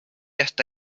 hasta